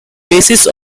basis